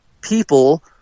people